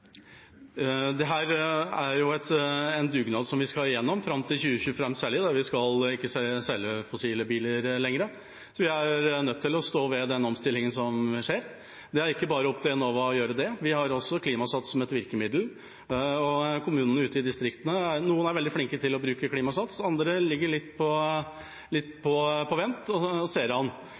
er en dugnad som vi skal gjennom, særlig fram til 2025. Da skal vi ikke selge fossile biler lenger, så vi er nødt til å stå ved den omstillingen som skjer. Det er ikke bare opp til Enova å gjøre det. Vi har også Klimasats som et virkemiddel. Noen av kommunene ute i distriktene er veldig flinke til å bruke Klimasats, andre ligger litt på